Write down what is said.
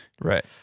right